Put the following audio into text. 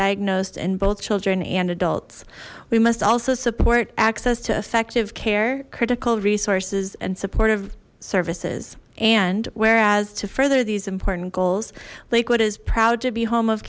diagnosed in both children and adults we must also support access to effective care critical resources and supportive services and whereas to further these important goals liquid is proud to be home of